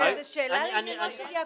אבל זו שאלה לעניינו של יעקב.